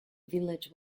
village